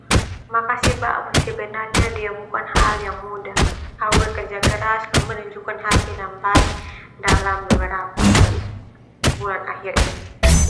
Makasih bauk ka sebenarnya ndia bukan hal yang mudah, au bekerja keras no menunjukkan hasil yang baik dalam beberapa bulan akhir ini.